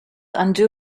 undo